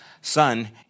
son